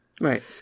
Right